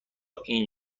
این